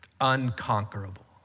Unconquerable